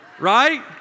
right